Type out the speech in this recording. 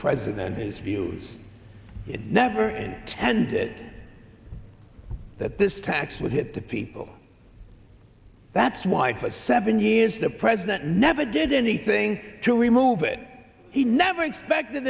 president his views it never intended that this tax would hit the people that's why for seven years the president never did anything to remove it he never expected